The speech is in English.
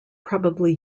probably